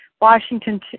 Washington